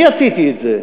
אני עשיתי את זה.